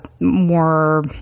more